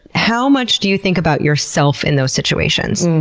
how much do you think about yourself in those situations?